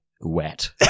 wet